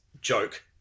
joke